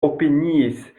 opiniis